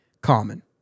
common